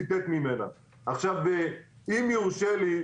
אם יורשה לי,